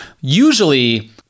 Usually